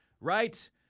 right